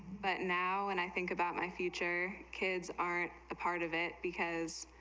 but now and i think about my future kids are a part of it because